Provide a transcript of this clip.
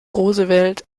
roosevelt